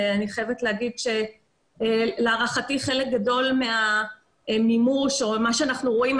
אני חייבת לומר שלהערכתי חלק גדול מהמימוש או מה שאנחנו רואים,